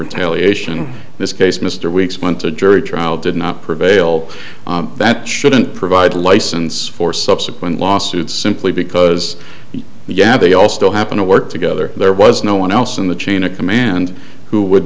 retaliation this case mr weeks went to jury trial did not prevail that shouldn't provide license for subsequent lawsuits simply because the yeah they all still happen to work together there was no one else in the chain of command who would